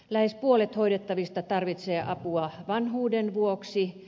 lähes puolet hoidettavista tarvitsee apua vanhuuden vuoksi